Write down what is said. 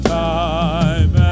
time